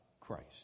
Christ